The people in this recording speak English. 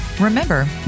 Remember